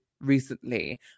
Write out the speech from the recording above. recently